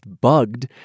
Bugged